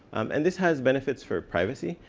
and this has benefits for privacy,